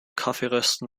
kaffeerösten